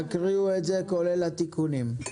תקריאו, כולל התיקונים.